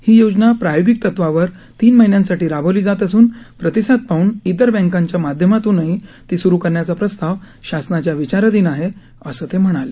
ही योजना प्रायोगिक तत्वावर तीन महिन्यांसाठी राबवली जात असून प्रतिसाद पाहून तिर बँकांच्या माध्यमातूनही ती सुरू करण्याचा प्रस्ताव शासनाच्या विचाराधीन आहे असं ते म्हणाले